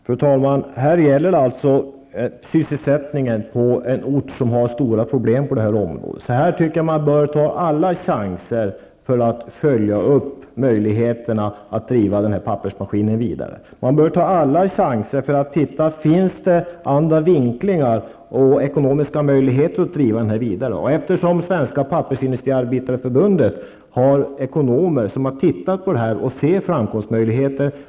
Fru talman! Det gäller sysselsättningen på en ort som har stora problem, därför tycker jag att man bör ta alla chanser att följa upp möjligheterna att driva den här pappersmaskinen vidare. Man bör ta alla chanser och titta om det finns andra vinklingar och ekonomiska möjligheter att driva den vidare. Svenska Pappersindustriarbetareförbundet har ekonomer som har tittat på detta och ser framkomstmöjligheter.